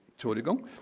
Entschuldigung